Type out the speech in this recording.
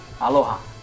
Aloha